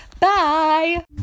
Bye